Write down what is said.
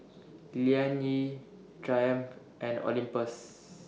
Liang Yi Triumph and Olympus